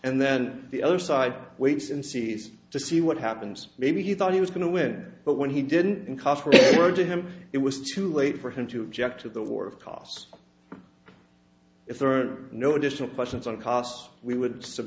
and then the other side waits and sees to see what happens maybe he thought he was going to win but when he didn't word to him it was too late for him to object to the war of costs if there are no additional questions on costs we would